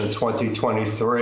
2023